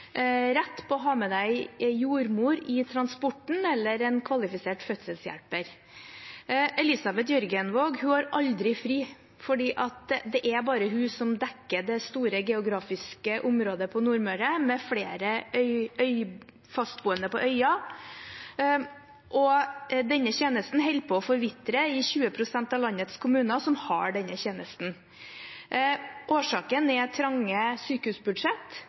rett til å ha med jordmor eller en kvalifisert fødselshjelper i transporten. Elisabeth Jørgenvåg har aldri fri, for det er bare hun som dekker det store geografiske området på Nordmøre, med flere fastboende på øyer. Denne tjenesten holder på å forvitre i 20 pst. av landets kommuner som har denne tjenesten. Årsaken er trange sykehusbudsjett.